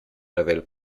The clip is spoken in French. révèle